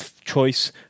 choice